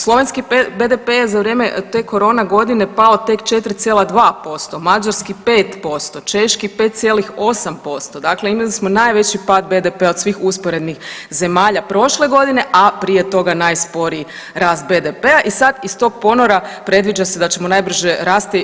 Slovenski BDP je za vrijeme te korona godine pao tek 4,2%, mađarski 5%, čaški 5,8%, dakle imali smo najveći pad BDP-a od svih usporednih zemalja prošle godine a prije toga najsporiji rast BDP-a i sad iz tog ponora predviđa se da ćemo najbrže rasti.